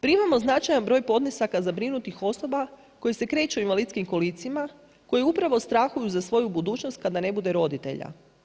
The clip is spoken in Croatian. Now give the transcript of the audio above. Primamo značajan broj podnesaka zabrinutih osoba koji se kreču u invalidskim kolicima, koji upravo strahuju za svoju budućnost kada ne budu roditelja.